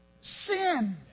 sin